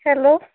hello